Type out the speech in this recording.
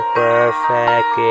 perfect